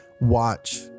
watch